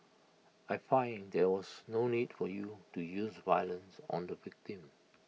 I find there was no need for you to use violence on the victim